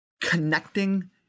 connecting